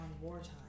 wartime